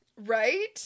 Right